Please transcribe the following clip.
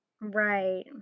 Right